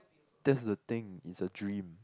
that's the thing it's a dream